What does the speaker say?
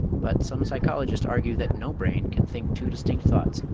but some psychologists argue that no brain can think two distinct thoughts,